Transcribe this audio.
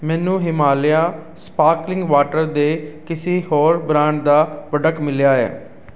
ਮੈਨੂੰ Himalaya sparkling water ਦੇ ਕਿਸੇ ਹੋਰ ਬ੍ਰਾਂਡ ਦਾ ਪ੍ਰੋਡਕਟ ਮਿਲਿਆ ਹੈ